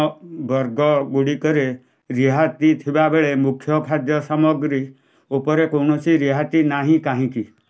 ଅନ୍ୟ ବର୍ଗଗୁଡ଼ିକରେ ରିହାତି ଥିବାବେଳେ ମୁଖ୍ୟ ଖାଦ୍ୟ ସାମଗ୍ରୀ ଉପରେ କୌଣସି ରିହାତି ନାହିଁ କାହିଁକି